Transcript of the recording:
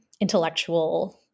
intellectual